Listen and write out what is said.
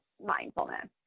mindfulness